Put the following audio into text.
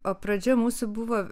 o pradžia mūsų buvo